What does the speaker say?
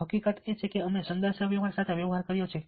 જો કે હકીકત એ છે કે અમે સંદેશાવ્યવહાર સાથે વ્યવહાર કર્યો છે